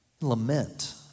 Lament